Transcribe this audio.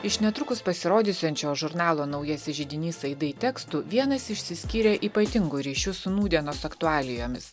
iš netrukus pasirodysiančio žurnalo naujasis židinys aidai tekstų vienas išsiskyrė ypatingu ryšiu su nūdienos aktualijomis